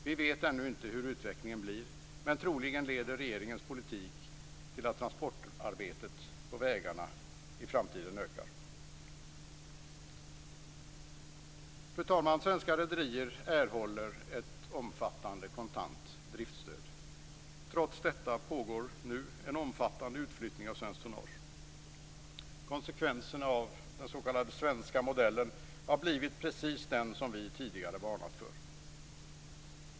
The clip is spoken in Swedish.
Vi vet ännu inte hur utvecklingen blir, men troligen leder regeringens politik till att transportarbetet på vägarna i framtiden ökar. Fru talman! Svenska rederier erhåller ett omfattande kontant driftsstöd. Trots detta pågår nu en omfattande utflyttning av svenskt tonnage. Konsekvenserna av den s.k. svenska modellen har blivit precis de som vi tidigare varnat för.